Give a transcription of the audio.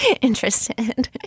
interested